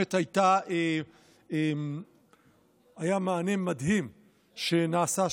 ובאמת ניתן שם מענה מדהים לתלמידים.